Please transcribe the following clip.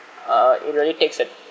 uh it really takes a